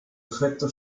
efecto